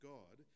God